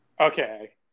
Okay